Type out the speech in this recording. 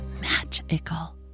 magical